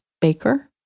baker